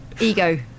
ego